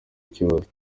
ikibazo